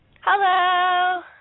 Hello